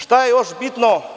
Šta je još bitno?